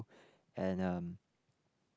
and um